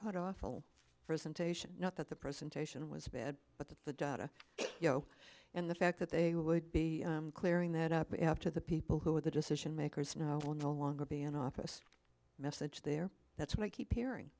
god awful presentation not that the presentation was bad but the you know and the fact that they would be clearing that up after the people who are the decision makers know will no longer be an office message there that's what i keep hearing